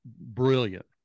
brilliant